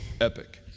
epic